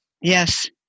Yes